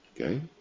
Okay